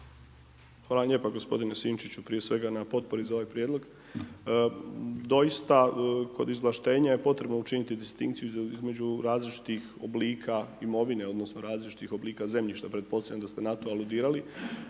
vam lijepa gospodine Sinčiću prije svega na potpori za ovaj prijedlog. Doista kod izvlaštenja je potrebno učiniti distinkciju između različitih oblika imovine odnosno različitih oblika zemljišta, pretpostavljam da ste na to aludirali.